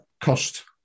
cost